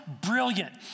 brilliant